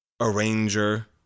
arranger